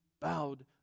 bowed